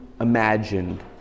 imagined